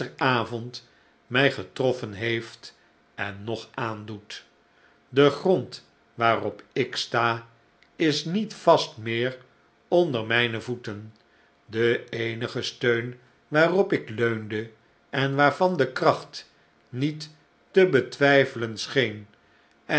gisteravond mij getroffen heeft en nog aandoet de grond waarop ik sta is niet vast meer onder mijne voeten de eenige steun waarop ik leunde en waarvan de kracht niet te betwijfelen scheen en